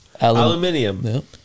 Aluminium